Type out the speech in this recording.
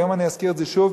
והיום אני אזכיר את זה שוב,